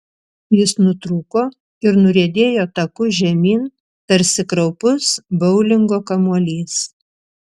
jis nutrūko ir nuriedėjo taku žemyn tarsi kraupus boulingo kamuolys